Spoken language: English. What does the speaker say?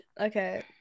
Okay